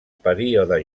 període